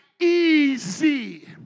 Easy